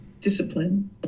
discipline